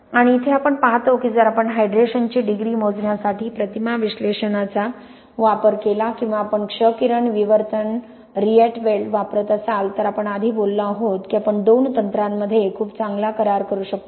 आणि इथे आपण पाहतो की जर आपण हायड्रेशनची डिग्री मोजण्यासाठी प्रतिमा विश्लेषणाचा वापर केला किंवा आपण क्ष किरण विवर्तन रिएटवेल्ड वापरत असाल तर आपण आधी बोललो आहोत की आपण दोन तंत्रांमध्ये खूप चांगला करार करू शकतो